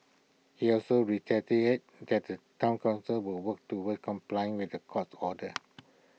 he also reiterated that the Town Council will work towards complying with the court's orders